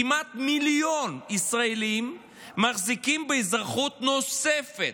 כמעט מיליון ישראלים מחזיקים באזרחות נוספת.